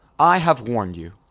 i have warned you.